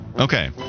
Okay